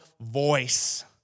voice